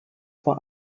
vor